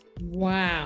Wow